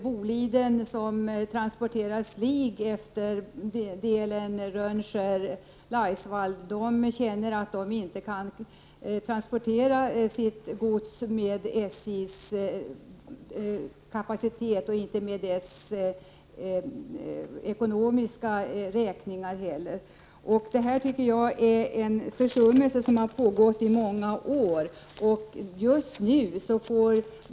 Boliden, som transporterar slig på delen Rönnskär Laisvall, känner att man inte kan transportera sitt gods med SJ på grund av SJ:s kapacitet och ekonomiska beräkningar. Den här försummelsen har pågått i många år.